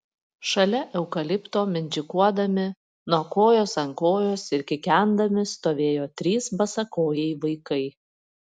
šalia eukalipto mindžikuodami nuo kojos ant kojos ir kikendami stovėjo trys basakojai vaikai